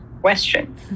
question